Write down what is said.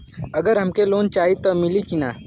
अगर हमके लोन चाही त मिली की ना?